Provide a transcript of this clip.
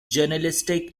journalistic